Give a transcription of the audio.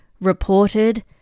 reported